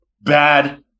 bad